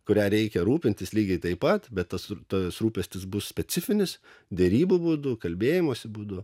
kuria reikia rūpintis lygiai taip pat bet tas tas rūpestis bus specifinis derybų būdu kalbėjimosi būdu